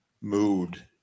mood